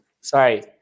Sorry